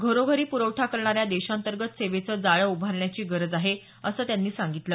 घरोघरी प्रवठा करणाऱ्या देशांतर्गत सेवेचं जाळं उभारण्याची गरज आहे असं त्यांनी सांगितलं